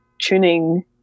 tuning